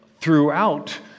throughout